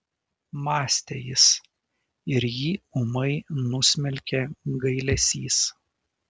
mąstė jis ir jį ūmai nusmelkė gailesys